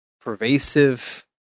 pervasive